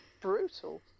brutal